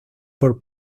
por